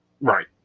right